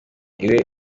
iwe